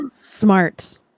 Smart